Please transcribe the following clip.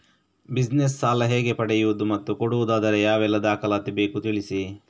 Business ಸಾಲ ಹೇಗೆ ಪಡೆಯುವುದು ಮತ್ತು ಕೊಡುವುದಾದರೆ ಯಾವೆಲ್ಲ ದಾಖಲಾತಿ ಬೇಕು ತಿಳಿಸಿ?